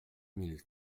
mille